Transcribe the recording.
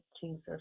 Jesus